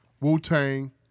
Wu-Tang